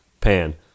pan